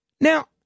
Now